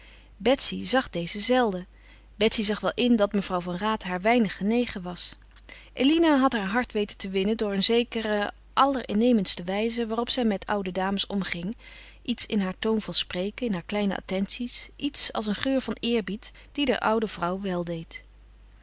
betsy zag deze zelden betsy zag wel in dat mevrouw van raat haar weinig genegen was eline had haar hart weten te winnen door een zekere allerinnemendste wijze waarop zij met oude dames omging iets in haar toon van spreken in haar kleine attenties iets als een geur van eerbied die der oude vrouw weldeed